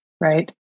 Right